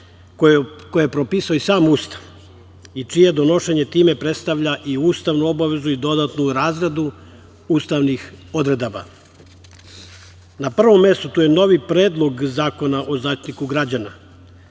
koje je propisao i sam Ustav i čije donošenje time predstavlja i ustavnu obavezu i dodatnu razradu ustavnih odredaba. Na prvom mestu to je novi Predlog zakona o Zaštitniku građana.